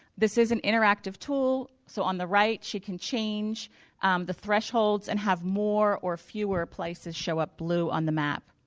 this is an interactive tool so on the right she can change the thresholds and have more or fewer places show up blue on the map.